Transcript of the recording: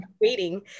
waiting